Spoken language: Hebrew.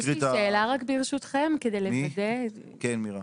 יש לי שאלה רק ברשותכם, רק לוודא.